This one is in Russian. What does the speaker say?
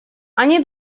они